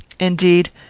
indeed,